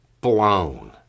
blown